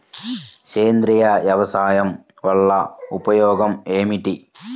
సేంద్రీయ వ్యవసాయం వల్ల ఉపయోగం ఏమిటి?